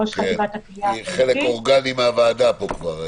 ראש חטיבת הכליאה --- היא חלק אורגני מהוועדה פה כבר,